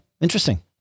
Interesting